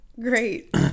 Great